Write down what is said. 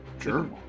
Sure